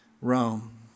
Rome